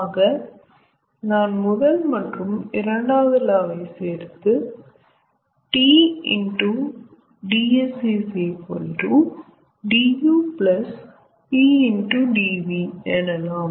ஆக நாம் முதல் மற்றும் இரண்டாம் லா வை சேர்த்து 𝑇 𝑑𝑠 𝑑𝑢 𝑝 𝑑𝑣 எனலாம்